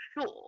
sure